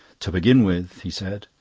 to begin with, he said.